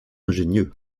ingénieux